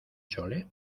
chole